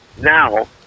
now